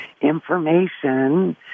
information